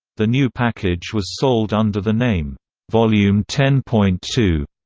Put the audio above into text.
the new package was sold under the name volume ten point two,